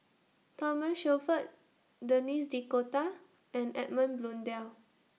Thomas Shelford Denis D'Cotta and Edmund Blundell